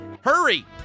hurry